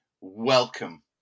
welcome